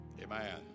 Amen